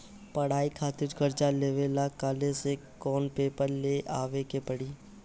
पढ़ाई खातिर कर्जा लेवे ला कॉलेज से कौन पेपर ले आवे के पड़ी?